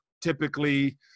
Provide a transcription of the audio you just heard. typically